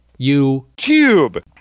YouTube